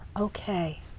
okay